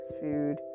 food